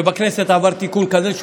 ובכנסת עבר תיקון כזה,